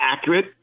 accurate